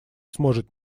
сможет